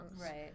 Right